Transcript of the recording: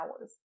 hours